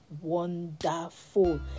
wonderful